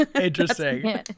Interesting